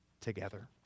together